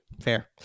fair